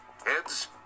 Heads